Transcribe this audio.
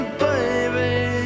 baby